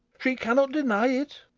she cannot deny it.